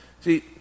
See